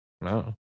No